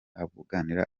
abunganira